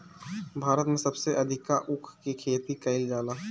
भारत में सबसे अधिका ऊख के खेती कईल जाला